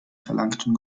verlangten